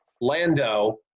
Lando